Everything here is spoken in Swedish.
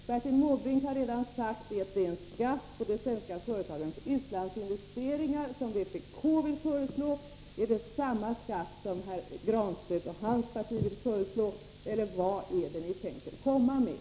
Bertil Måbrink har redan sagt att det är en skatt på de svenska företagarnas utlandsinvesteringar som vpk vill föreslå. Är det samma skatt som herr Granstedt och hans parti vill föreslå, eller vad är det ni tänker komma med?